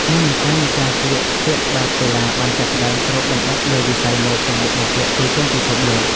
និន្នាការនៃការស្លៀកពាក់បែបកីឡាបានចាប់ផ្តើមគ្របដណ្តប់លើវិស័យម៉ូដសម្លៀកបំពាក់ទូទាំងពិភពលោក។